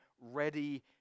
ready